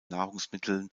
nahrungsmitteln